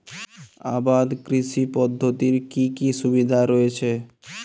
আবাদ কৃষি পদ্ধতির কি কি সুবিধা রয়েছে?